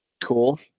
cool